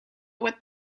with